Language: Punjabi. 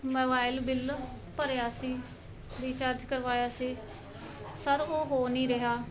ਮਵਾਇਲ ਬਿੱਲ ਭਰਿਆ ਸੀ ਰਿਚਾਰਜ ਕਰਵਾਇਆ ਸੀ ਸਰ ਉਹ ਹੋ ਨਹੀਂ ਰਿਹਾ